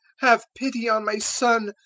have pity on my son,